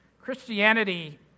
christianity